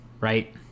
right